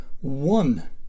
one